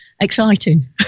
exciting